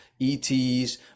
ETs